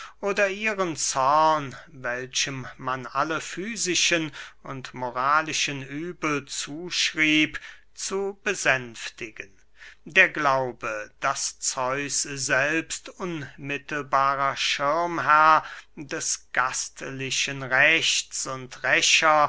oder ihren zorn welchem man alle fysischen und moralischen übel zuschrieb zu besänftigen der glaube daß zeus selbst unmittelbarer schirmherr des gastlichen rechts und rächer